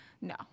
No